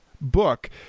book